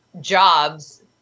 jobs